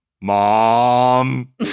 mom